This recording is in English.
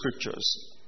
scriptures